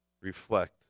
reflect